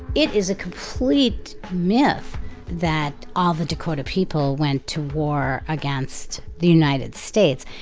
it is a complete myth that all the dakota people went to war against the united states.